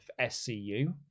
SCU